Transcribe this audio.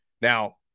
now